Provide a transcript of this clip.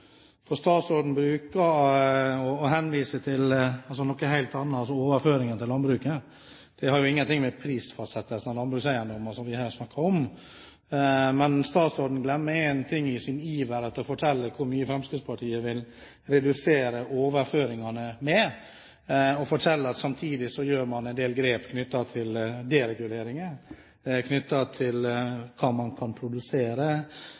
statsråden. For statsråden henviser til noe helt annet, nemlig overføringene til landbruket. Det har jo ingenting med prisfastsettelse av landbrukseiendommer, som vi her snakker om, å gjøre. Men statsråden glemmer én ting i sin iver etter å fortelle hvor mye Fremskrittspartiet vil redusere overføringene med, nemlig at man samtidig gjør en del grep knyttet til dereguleringer, til hva man kan produsere,